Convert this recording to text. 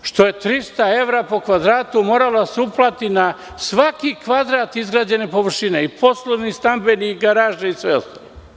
Zato što je 300 evra po kvadratu moralo da se uplati na svaki kvadrat izgrađene površine, i poslovne, i stambene, i garaže i sve ostalo.